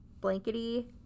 blankety